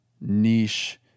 niche